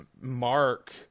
Mark